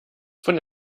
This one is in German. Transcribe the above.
von